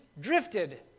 drifted